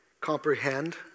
comprehend